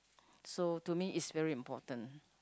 so to me it's very important